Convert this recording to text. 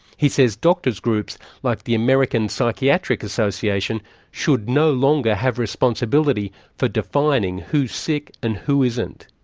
he says doctors' groups like the american psychiatric association should no longer have responsibility for defining who's sick and who isn't.